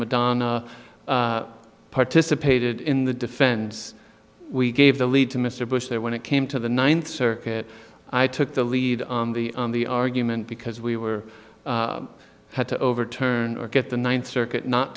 madonna participated in the defense we gave the lead to mr bush there when it came to the ninth circuit i took the lead on the argument because we were had to overturn or get the ninth circuit not